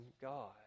God